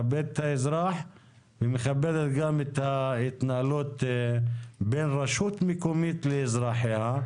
מכבדת את האזרח ומכבדת גם את ההתנהלות בין רשות מקומית לאזרחיה.